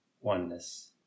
oneness